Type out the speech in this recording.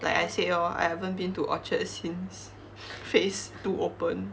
like I said lor I haven't been to orchard since phase two open